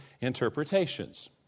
interpretations